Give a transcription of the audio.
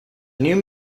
new